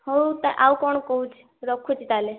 ହଉ ତ ଆଉ କଣ କହୁଛି ରଖୁଛି ତାହେଲେ